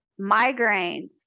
migraines